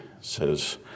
says